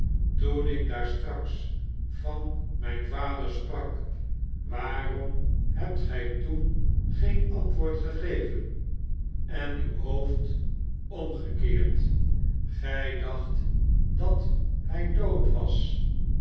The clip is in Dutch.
toen ik daar straks van mijn vader sprak waarom hebt gij toen geen antwoord gegeven eit uw hoofd omgekeerd gij dacht dat hij dood was